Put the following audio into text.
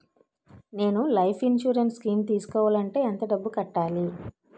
నేను life insurance scheme తీసుకోవాలంటే ఎంత డబ్బు కట్టాలి?